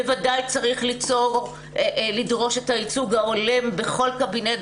בוודאי שצריך לדרוש את הייצוג ההולם בכל קבינט,